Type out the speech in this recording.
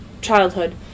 childhood